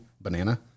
banana